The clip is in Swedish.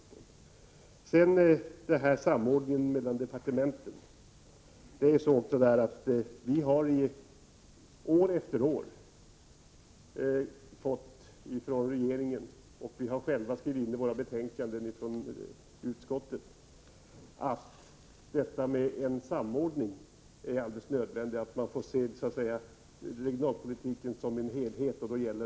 Beträffande frågan om samordningen mellan departementen vill jag säga följande. År efter år har regeringen sagt, vilket även utskottet har skrivit in i sina betänkanden, att en samordning är nödvändig och att regionalpolitiken måste ses som en helhet.